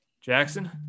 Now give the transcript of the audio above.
Jackson